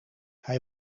hij